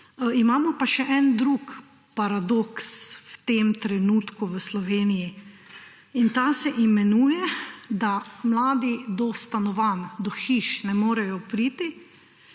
Imamo pa še en drug paradoks v tem trenutku v Sloveniji in ta se imenuje, da mladi do stanovanj, do hiš ne morejo priti,